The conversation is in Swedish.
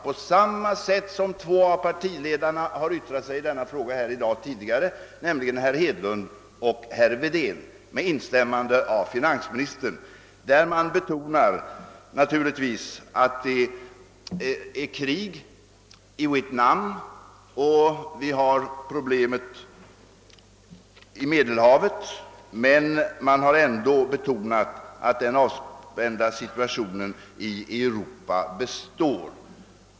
På samma sätt har två partiledare tidigare i dag uttalat sig i denna fråga med instämmande av finansministern, nämligen herr Hedlund och herr Wedén. Naturligtvis framhölls att det är krig i Vietnam och att problemen vid Medelhavet kvarstår, men det betonades ändock att den avspända situationen i Europa består.